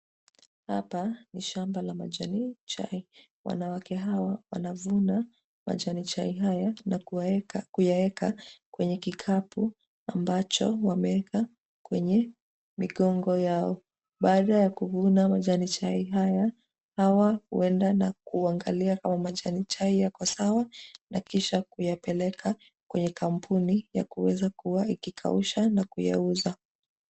Hapa ni shamba la majani chai wanawake hawa wanavuna majani chai haya na kuyaweka kwenye kikapu ambacho wameweka kwenye migongo yao. Baada ya kuyavuna majani chai haya huenda na kuangalia kama majani chai yako sawa na kisha kuyapeleka kwenye kampuni yakuweza kuwa ikikausha na kuyauza.